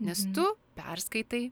nes tu perskaitai